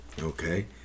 Okay